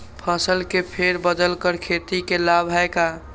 फसल के फेर बदल कर खेती के लाभ है का?